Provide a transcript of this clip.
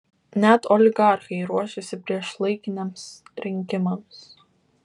net oligarchai ruošiasi priešlaikiniams rinkimams